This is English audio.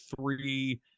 three